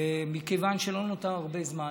ומכיוון שלא נותר הרבה זמן,